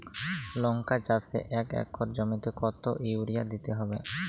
লংকা চাষে এক একর জমিতে কতো ইউরিয়া দিতে হবে?